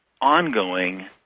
ongoing